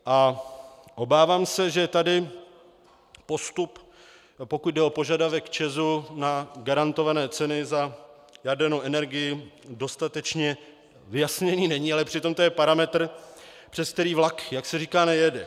A obávám se, že tady postup, pokud jde o požadavek ČEZu na garantované ceny za jadernou energii, dostatečně vyjasněný není, ale přitom to je parametr, přes který vlak, jak se říká, nejede.